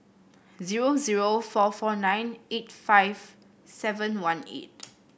zero zero four four nine eight five seven one eight